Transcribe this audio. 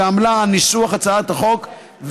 שעמלה על ניסוח הצעת החוק,